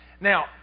Now